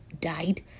died